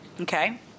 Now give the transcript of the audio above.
Okay